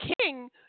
king